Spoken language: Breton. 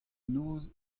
noz